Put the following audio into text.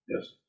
Yes